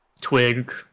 twig